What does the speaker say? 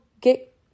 get